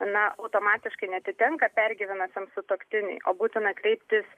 na automatiškai neatitenka pergyvenusiam sutuoktiniui o būtina kreiptis